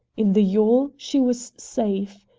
in the yawl she was safe.